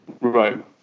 Right